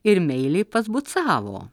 ir meiliai pasbucavo